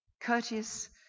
courteous